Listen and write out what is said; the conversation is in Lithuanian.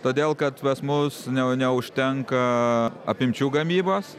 todėl kad pas mus neužtenka apimčių gamybos